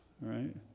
right